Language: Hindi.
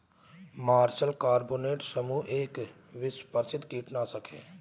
मार्शल कार्बोनेट समूह का एक विश्व प्रसिद्ध कीटनाशक है